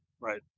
Right